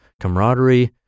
camaraderie